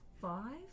Five